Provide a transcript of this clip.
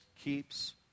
keeps